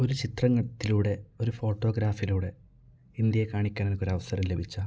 ഒരു ചിത്രത്തിലൂടെ ഒരു ഫോട്ടോഗ്രാഫിലൂടെ ഇന്ത്യയെ കാണിക്കാൻ എനിക്കൊരു അവസരം ലഭിച്ചാൽ